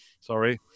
Sorry